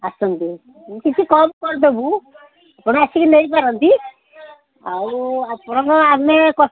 ଆସନ୍ତୁ କିଛି କମ୍ କରିଦେବୁ ଆପଣ ଆସିକି ନେଇପାରନ୍ତି ଆଉ ଆପଣଙ୍କୁ ଆମେ